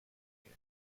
here